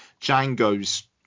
Django's